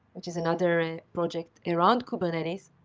which is another project here on kubernetes,